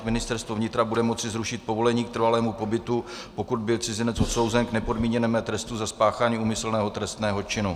Ministerstvo vnitra bude moci zrušit povolení k trvalému pobytu, pokud byl cizinec odsouzen k nepodmíněnému trestu za spáchání úmyslného trestného činu.